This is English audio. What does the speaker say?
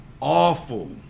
Awful